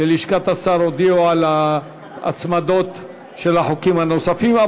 ללשכת השר הודיעו על ההצמדות של החוקים הנוספים.